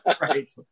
Right